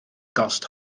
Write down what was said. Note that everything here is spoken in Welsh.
gost